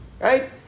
right